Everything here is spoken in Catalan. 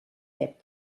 web